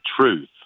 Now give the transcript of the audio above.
truth